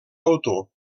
autor